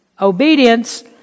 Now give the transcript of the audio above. Obedience